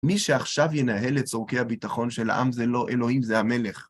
מי שעכשיו ינהל את צורכי הביטחון של העם זה לא אלוהים, זה המלך.